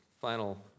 final